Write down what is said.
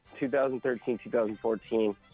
2013-2014